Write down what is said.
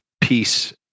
peace